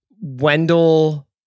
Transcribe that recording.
Wendell